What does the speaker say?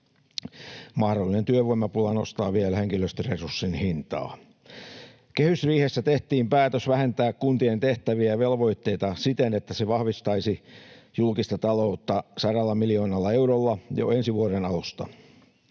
Mahdollinen työvoimapula nostaa vielä henkilöstöresurssin hintaa. Kehysriihessä tehtiin päätös vähentää kuntien tehtäviä ja velvoitteita siten, että se vahvistaisi julkista taloutta 100 miljoonalla eurolla jo ensi vuoden alusta.